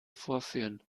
vorführen